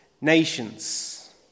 nations